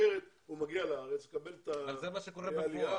אחרת הוא מגיע לארץ, מקבל את דמי העלייה.